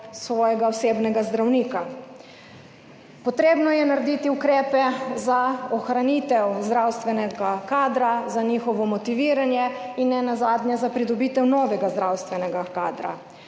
svojega osebnega zdravnika, potrebno je narediti ukrepe za ohranitev zdravstvenega kadra, za njihovo motiviranje in nenazadnje za pridobitev novega zdravstvenega kadra.